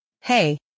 Hey